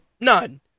None